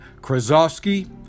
Krasovsky